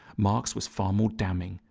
marx was far more damning.